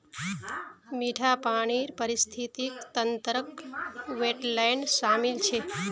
मीठा पानीर पारिस्थितिक तंत्रत वेट्लैन्ड शामिल छ